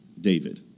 David